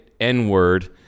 N-word